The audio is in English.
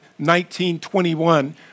1921